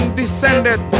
descended